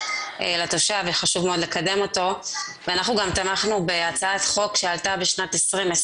לתושב וחשוב מאוד לקדם אותו ואנחנו גם תמכנו בהצעת חוק שעלתה בשנת 2020,